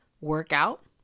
workout